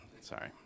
sorry